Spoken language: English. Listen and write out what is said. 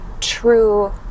true